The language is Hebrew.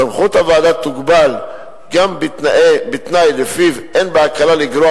סמכות הוועדה תוגבל גם בתנאי שלפיו אין בהקלה לגרוע